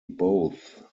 both